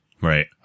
right